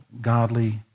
godly